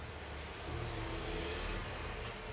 mm